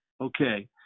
Okay